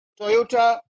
Toyota